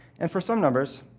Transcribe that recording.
and for some numbers,